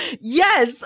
Yes